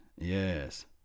yes